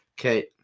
Okay